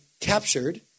captured